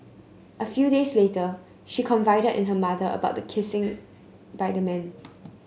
a few days later she confided in her mother about the kissing by the man